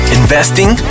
investing